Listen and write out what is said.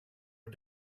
are